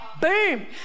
boom